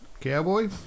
cowboy